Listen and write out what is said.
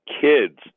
kids